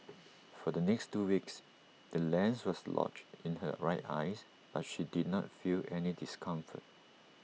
for the next two weeks the lens was lodged in her right eyes but she did not feel any discomfort